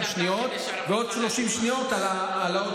אני מבקש 32 שניות ועוד 30 שניות על העוד-שנייה,